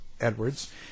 Edwards